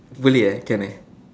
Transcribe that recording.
boleh eh can eh